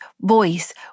voice